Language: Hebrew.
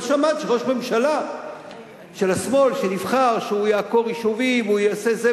לא שמעתי שראש ממשלה של השמאל שנבחר שהוא יעקור יישובים והוא יעשה זה,